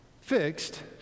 fixed